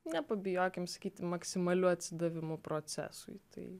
nepabijokim sakyt maksimaliu atsidavimu procesui tai